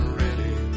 ready